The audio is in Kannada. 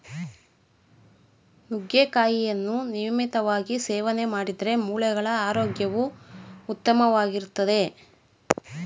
ನುಗ್ಗೆಕಾಯಿಯನ್ನು ನಿಯಮಿತವಾಗಿ ಸೇವನೆ ಮಾಡಿದ್ರೆ ಮೂಳೆಗಳ ಆರೋಗ್ಯವು ಉತ್ತಮವಾಗಿರ್ತದೆ